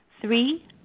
Three